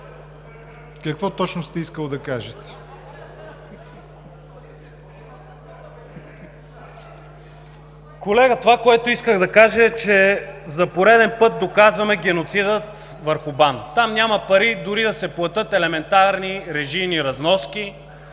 СТОЯН МИРЧЕВ (БСП за България): Колега, това, което исках да кажа, е, че за пореден път доказваме геноцидът върху БАН. Там няма пари дори да се платят елементарни режийни разноски.